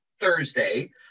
Thursday